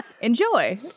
Enjoy